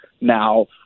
now